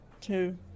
Two